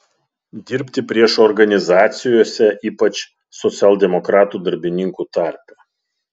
dirbti priešo organizacijose ypač socialdemokratų darbininkų tarpe